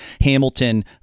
Hamilton